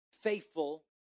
faithful